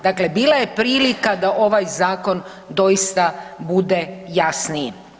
Dakle, bila je prilika da ovaj zakon doista bude jasniji.